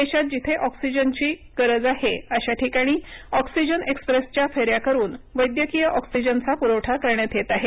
देशात जिथे जास्त गरज आहे अशा ठिकाणी ऑक्सिजन एक्सप्रेस च्या फेऱ्या करून वैद्यकीय ऑक्सिजनचा पुरवठा करण्यात येत आहे